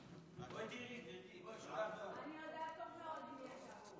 הרבה יותר טוב מהדיבורים שלכם.